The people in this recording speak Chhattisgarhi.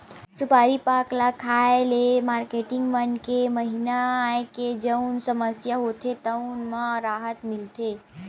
सुपारी पाक ल खाए ले मारकेटिंग मन के महिना आए के जउन समस्या होथे तउन म राहत मिलथे